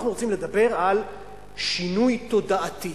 אנחנו רוצים לדבר על שינוי תודעתי.